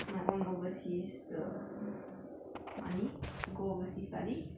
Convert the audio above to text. my own overseas 的 money to go overseas study